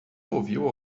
ouviu